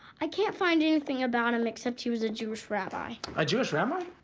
i can't find anything about him except he was a jewish rabbi. a jewish rabbi?